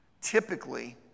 typically